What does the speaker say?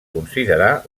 considerar